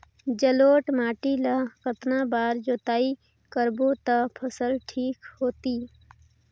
जलोढ़ माटी ला कतना बार जुताई करबो ता फसल ठीक होती?